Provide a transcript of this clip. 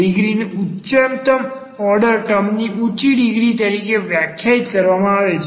ડિગ્રીને ઉચ્ચતમ ઓર્ડર ટર્મની ઊંચી ડિગ્રી તરીકે વ્યાખ્યાયિત કરવામાં આવે છે